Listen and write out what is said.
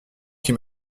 qui